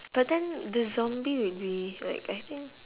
but then the zombie would be like I think